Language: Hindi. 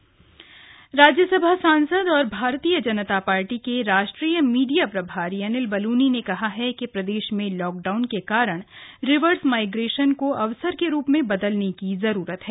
अनिल बलूनी राज्य सभा सांसद और भारतीय जनता पार्टी के राष्ट्रीय मीडिया प्रभारी अनिल बलूनी ने कहा है कि प्रदेश में लाक डाउन के कारण रिवर्स माइग्रेशन को अवसर के रूप में बदलने की जरूरत है